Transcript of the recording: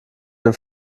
den